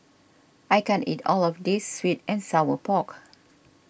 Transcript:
I can't eat all of this Sweet and Sour Pork